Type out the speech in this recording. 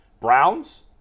Browns